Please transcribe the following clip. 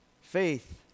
Faith